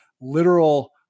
literal